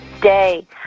day